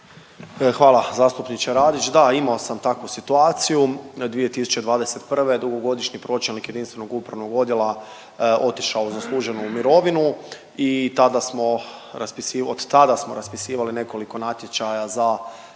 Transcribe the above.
Hvala zastupniče Radić. Da imao sam takvu situaciju 2021., dugogodišnji pročelnik jedinstvenog upravnog odjela otišao zasluženo u mirovinu i tada smo, od tada smo raspisivali nekoliko natječaja za